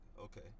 okay